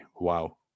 wow